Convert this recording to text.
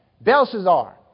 Belshazzar